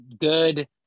good